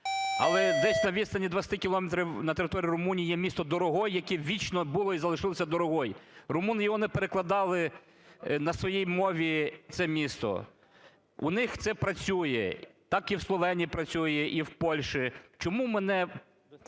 Але десь на відстані 20 кілометрів на території Румунії є місто Дорогой, яке вічно було і залишилося Дорогой. Румуни його не перекладали на своїй мові це місто. У них це працює. Так і в Словенії працює, і в Польщі. Чому ми не